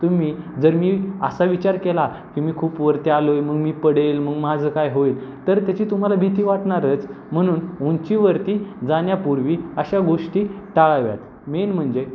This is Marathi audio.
तुम्ही जर मी असा विचार केला की मी खूप वरती आलो आहे मग मी पडेल मग माझं काय होईल तर त्याची तुम्हाला भीती वाटणारच म्हणून उंचीवरती जाण्यापूर्वी अशा गोष्टी टाळाव्यात मेन म्हणजे